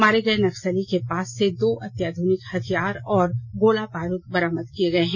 मारे गए नक्सीली के पास र्से दो अत्यातध्निक हथियार और गोला बारूद बरामद हुए हैं